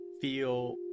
feel